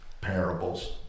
parables